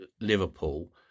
Liverpool